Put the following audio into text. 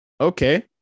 Okay